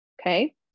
okay